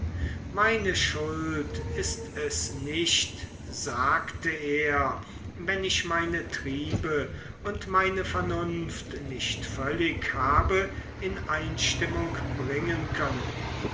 meine schuld ist es nicht sagte er wenn ich meine triebe und meine vernunft nicht völlig habe in einstimmung bringen können